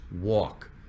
walk